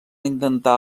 intentar